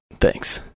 Thanks